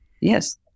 Yes